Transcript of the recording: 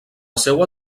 seua